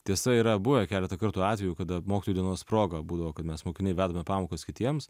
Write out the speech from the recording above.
tiesa yra buvę keletą kartų atvejų kada mokytojų dienos proga būdavo kad mes mokiniai vedame pamokas kitiems